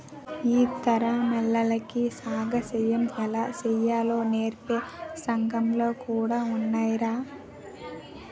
ఈ తరమోల్లకి ఎగసాయం ఎలా సెయ్యాలో నేర్పే సంగాలు కూడా ఉన్నాయ్రా